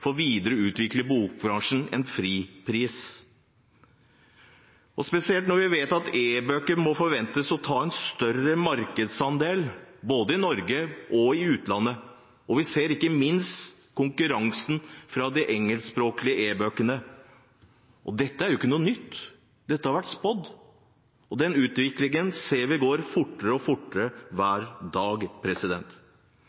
bokbransjen en fripris, spesielt når vi vet at e-bøker må forventes å ta en større markedsandel både i Norge og i utlandet, og vi ikke minst ser konkurransen fra de engelskspråklige e-bøkene? Dette er ikke noe nytt. Dette har vært spådd. Denne utviklingen ser vi går fortere og fortere